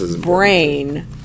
brain